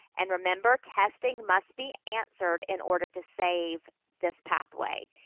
and remember, testing must be answered in order to save this pathway.